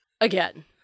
again